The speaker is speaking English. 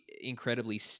incredibly